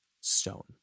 Stone